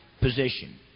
position